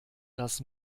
das